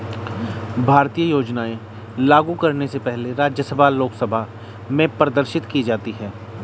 भारतीय योजनाएं लागू करने से पहले राज्यसभा लोकसभा में प्रदर्शित की जाती है